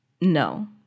No